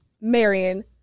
Marion